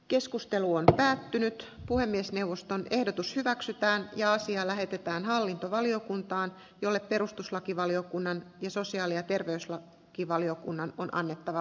keskustelu on päättynyt puhemiesneuvoston ehdotus hyväksytään ja asia lähetetään hallintovaliokuntaan jolle perustuslakivaliokunnan ja sosiaali ja terveysla kivaliokunnan on kannettava